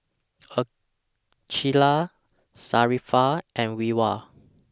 Aqilah Sharifah and Wira